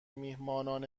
میهمانان